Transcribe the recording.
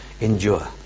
endure